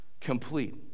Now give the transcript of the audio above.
complete